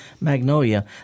magnolia